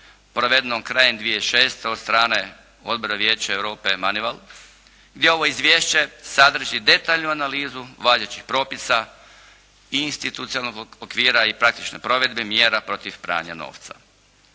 provedeno krajem 2006. od strane Odbora Vijeća Europe Manival gdje ovo izvješće sadrži detaljnu analizu važećih propisa i institucionalnog okvira i praktične provedbe mjera protiv pranja novca.